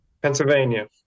Pennsylvania